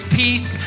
peace